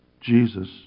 Jesus